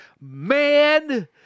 Man